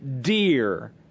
dear